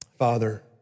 Father